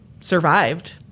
survived